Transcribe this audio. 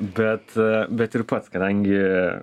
bet bet ir pats kadangi